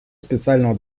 специального